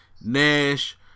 Nash